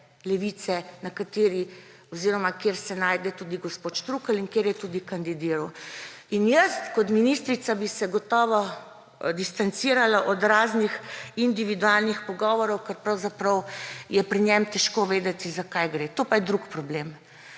Levice, kjer se najde tudi gospod Štrukelj in kjer je tudi kandidiral. In jaz kot ministrica bi se gotovo distancirala od raznih individualnih pogovorov, ker pravzaprav je pri njem težko vedeti, za kaj gre. To pa je drug problem.